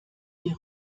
die